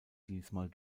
diesmal